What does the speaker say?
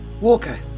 Walker